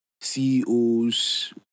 CEOs